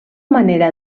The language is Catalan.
manera